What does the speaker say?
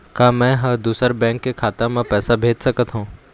का मैं ह दूसर बैंक के खाता म पैसा भेज सकथों?